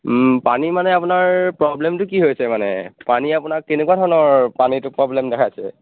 পানী মানে আপোনাৰ প্ৰব্লেমটো কি হৈছে মানে পানী আপোনাৰ কেনেকুৱা ধৰণৰ পানীটো প্ৰব্লেম দেখাইছে